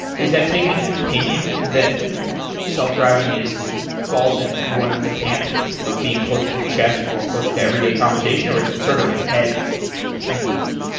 is that taking an opinion that self-driving is false in one of the camps of of being closer to chess or closer to everyday conversation or is it sort of a hedge between those?